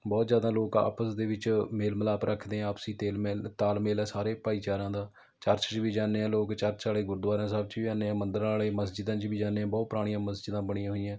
ਬਹੁਤ ਜ਼ਿਆਦਾ ਲੋਕ ਆਪਸ ਦੇ ਵਿੱਚ ਮੇਲ ਮਿਲਾਪ ਰੱਖਦੇ ਹੈ ਆਪਸੀ ਤੇਲ ਮੇਲ ਤਾਲਮੇਲ ਹੈ ਸਾਰੇ ਭਾਈਚਾਰਿਆਂ ਦਾ ਚਰਚ 'ਚ ਵੀ ਜਾਂਦੇ ਆ ਲੋਕ ਚਰਚ ਵਾਲੇ ਗੁਰਦੁਆਰੇ ਸਾਹਿਬ 'ਚ ਵੀ ਜਾਂਦੇ ਆ ਮੰਦਰਾਂ ਵਾਲੇ ਮਸਜਿਦਾਂ 'ਚ ਵੀ ਜਾਂਦੇ ਬਹੁਤ ਪੁਰਾਣੀਆਂ ਮਸਜਿਦਾਂ ਬਣੀਆਂ ਹੋਈਆਂ